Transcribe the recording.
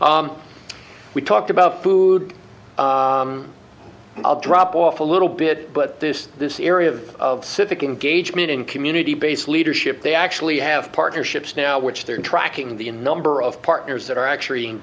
we talked about food i'll drop off a little bit but this this area of civic engagement and community based leadership they actually have partnerships now which they're tracking the in number of partners that are actually